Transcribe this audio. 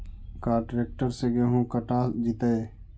का ट्रैक्टर से गेहूं कटा जितै?